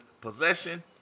possession